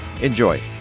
Enjoy